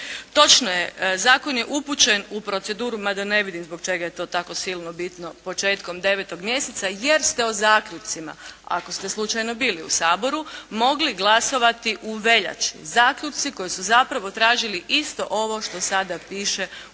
Točno je. Zakon je upućen u proceduru mada ne vidim zbog čega je to tako silno bitno početkom 9. mjeseca, jer ste o zaključcima ako ste slučajno bili u Saboru, mogli glasovati u veljači. Zaključci koje su zapravo tražili isto ovo što sada piše u